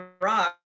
rock